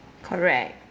correct